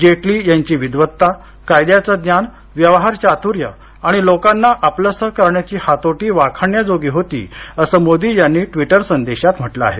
जेटली यांची विद्वत्ता कायद्याचं ज्ञान व्यवहारचात्र्य आणि लोकांना आपलंसं करण्याची हातोटी वाखाणण्याजोगी होती असं मोदी यांनी ट्विटर संदेशात म्हटलं आहे